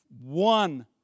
One